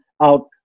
out